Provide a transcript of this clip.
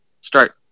start